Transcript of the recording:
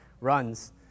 runs